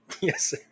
Yes